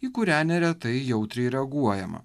į kurią neretai jautriai reaguojama